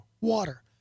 water